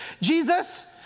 Jesus